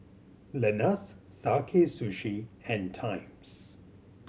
Lenas Sakae Sushi and Times